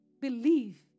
believe